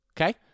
okay